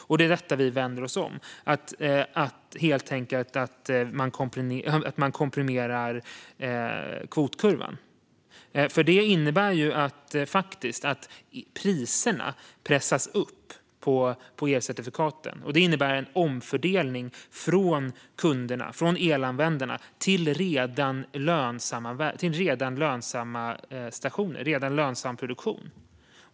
Och det är det vi vänder oss mot, det vill säga att komprimera kvotkurvan. Det innebär att priserna pressas upp på elcertifikaten, och det innebär en omfördelning från kunderna, elanvändarna, till redan lönsam produktion.